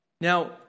Now